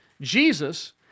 Jesus